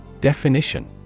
Definition